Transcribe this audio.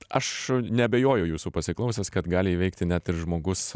aš neabejoju jūsų pasiklausęs kad gali įveikti net ir žmogus